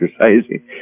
exercising